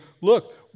look